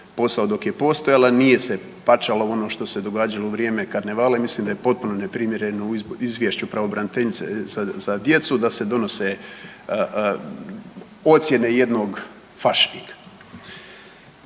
svoj postojala nije se pačala u ono što se događalo u vrijeme karnevala i mislim da je potpuno neprimjereno u izvješću pravobraniteljice za djecu da se donose ocjene jednog fašnika.